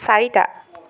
চাৰিটা